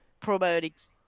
probiotics